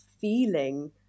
feeling